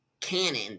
canon